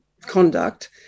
conduct